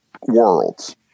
worlds